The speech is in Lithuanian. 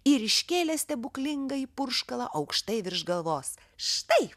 ir iškėlė stebuklingąjį purškalą aukštai virš galvos štai